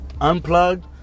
unplugged